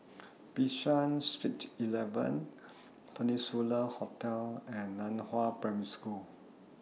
Bishan Street eleven Peninsula Hotel and NAN Hua Primary School